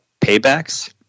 Paybacks